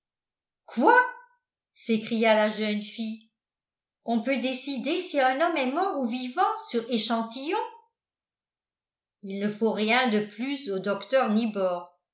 quoi s'écria la jeune fille on peut décider si un homme est mort ou vivant sur échantillon il ne faut rien de plus au docteur nibor